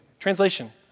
Translation